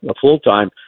full-time